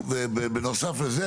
בנוסף לזה,